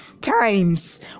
times